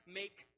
make